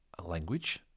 language